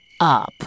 up